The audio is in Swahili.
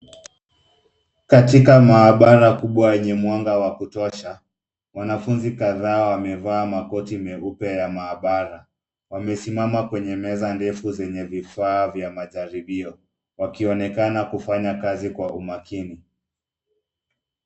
Katika maabara kubwa yenye mwanga wa kutosha wanafunzi kadhaa wamevaa makoti meupe ya maabara, wamesimama kwenye meza ndefu zenye vifaa za majaribio wakionekana kufanya kazi kwa umakini.